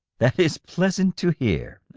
that is pleasant to hear